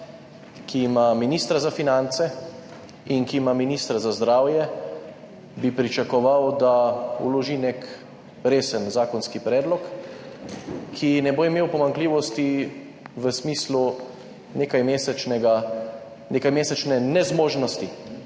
ki ima ministra za finance in ki ima ministra za zdravje, bi pričakoval, da vloži nek resen zakonski predlog, ki ne bo imel pomanjkljivosti v smislu nekajmesečne nezmožnosti